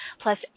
plus